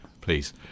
please